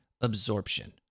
absorption